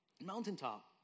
mountaintop